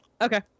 Okay